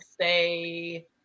say